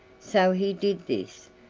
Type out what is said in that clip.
so he did this,